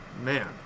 Man